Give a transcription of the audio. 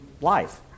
Life